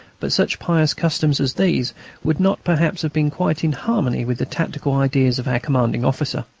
but such pious customs as these would not perhaps have been quite in harmony with the tactical ideas of our commanding officer.